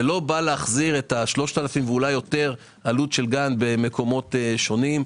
זה לא בא להחזיר את ה-3,000 ואולי יותר עלות של גן במקומות שונים.